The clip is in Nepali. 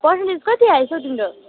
पर्सेन्टेज कति आएछ हौ तिम्रो